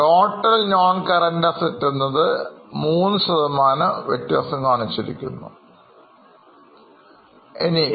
total noncurrent assets എന്നത് 3വ്യത്യാസമുണ്ടായി